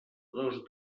dos